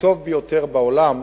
הטוב ביותר בעולם,